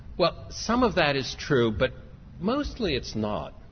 well some of that is true but mostly it's not.